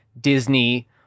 Disney